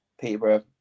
Peterborough